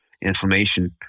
inflammation